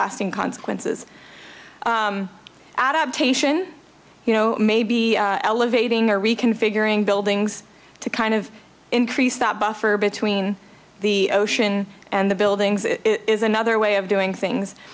lasting consequences adaptation you know maybe elevating or reconfiguring buildings to kind of increase that buffer between the ocean and the buildings is another way of doing things